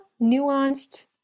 nuanced